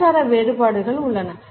கலாச்சார வேறுபாடுகளும் உள்ளன